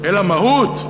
אלא מהות,